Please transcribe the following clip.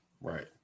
right